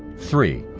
three,